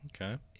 Okay